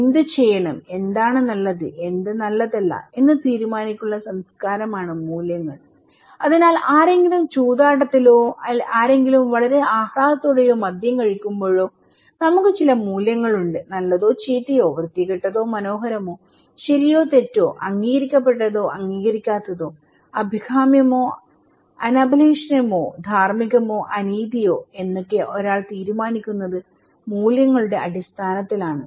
എന്തുചെയ്യണം എന്താണ് നല്ലത് എന്ത് നല്ലതല്ല എന്ന് തീരുമാനിക്കാനുള്ള സംസ്കാരമാണ് മൂല്യങ്ങൾ അതിനാൽ ആരെങ്കിലും ചൂതാട്ടത്തിലോ ആരെങ്കിലും വളരെ ആഹ്ലാദത്തോടെയോ മദ്യം കഴിക്കുമ്പോഴോ നമുക്ക് ചില മൂല്യങ്ങളുണ്ട് നല്ലതോ ചീത്തയോ വൃത്തികെട്ടതോ മനോഹരമോ ശരിയോ തെറ്റോ അംഗീകരിക്കപ്പെട്ടതോ അംഗീകരിക്കാത്തതോ അഭികാമ്യമൊ അനഭിലഷണീയമൊ ധാർമ്മികമൊ അനീതിയോ എന്നൊക്കെ ഒരാൾ തീരുമാനിക്കുന്നത് മൂല്യങ്ങളുടെ അടിസ്ഥാനത്തിൽ ആണ്